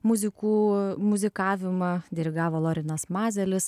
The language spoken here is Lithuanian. muzikų muzikavimą dirigavo lorenas mazelis